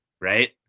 Right